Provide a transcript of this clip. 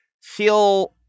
feel